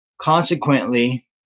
consequently